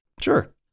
Sure